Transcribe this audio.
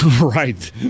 right